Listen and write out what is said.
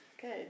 Good